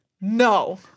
No